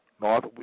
North